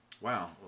Wow